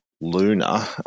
Luna